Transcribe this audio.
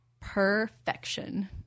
perfection